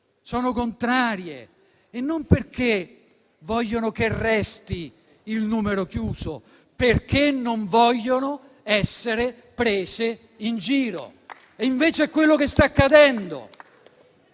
sono contrarie: non perché vogliono che resti il numero chiuso, ma perché non vogliono essere prese in giro. Invece, è quello che sta accadendo.